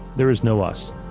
there is no us.